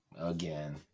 again